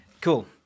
Cool